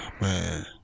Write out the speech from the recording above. Man